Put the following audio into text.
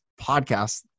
podcast